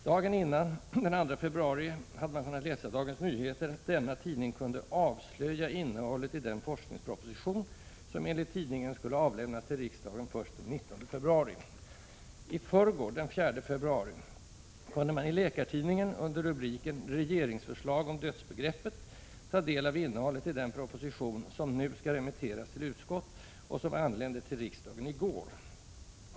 Dagen innan, den 2 februari, hade man kunnat läsa i Dagens Nyheter att denna tidning kunde ”avslöja” innehållet i den forskningsproposition som enligt tidningen skulle avlämnas till riksdagen först den 19 februari. I förrgår, den 4 februari, kunde man i Läkartidningen, under rubriken ”Regeringsförslag om dödsbegreppet”, ta del av innehållet i den proposition som nu skall remitteras till utskott och som anlände till riksdagen i går.